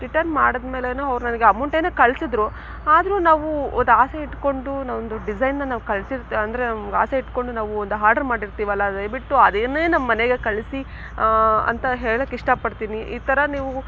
return ಮಾಡಿದ್ಮೇಲೇನೂ ಅವ್ರು ನನಗೆ ಅಮೌಂಟೆನೋ ಕಳಿಸಿದರು ಆದರೂ ನಾವು ಒಂದಾಸೆ ಇಟ್ಕೊಂಡು ನಾವು ಒಂದು ಡಿಸೈನನ್ನು ನಾವು ಕಳ್ಸಿರ್ತೇ ಅಂದರೆ ಆಸೆ ಇಟ್ಕೊಂಡು ನಾವು ಒಂದು ಆರ್ಡರ್ ಮಾಡಿರ್ತೀವಲ್ಲ ದಯವಿಟ್ಟು ಅದನ್ನೇ ನಮ್ಮ ಮನೆಗೆ ಕಳಿಸಿ ಅಂತ ಹೇಳಕ್ಕೆ ಇಷ್ಟಪಡ್ತೀನಿ ಈ ಥರ ನೀವು